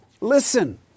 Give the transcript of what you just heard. Listen